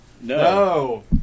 No